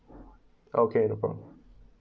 okay no problem